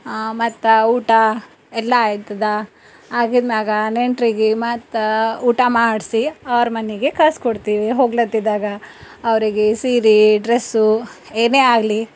ಮತ್ತು ಊಟ ಎಲ್ಲ ಆಯ್ತದ ಆದ ಮೇಲೆ ನೆಂಟರಿಗೆ ಮತ್ತು ಊಟ ಮಾಡಿಸಿ ಅವ್ರ ಮನೆಗೆ ಕಳ್ಸಿಕೊಡ್ತೀವಿ ಹೋಗ್ಲತ್ತಿದ್ದಾಗ ಅವರಿಗೆ ಸೀರೆ ಡ್ರೆಸ್ಸು ಏನೇ ಆಗಲಿ